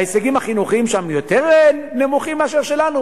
ההישגים החינוכיים שם יותר נמוכים מאשר שלנו?